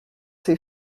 ses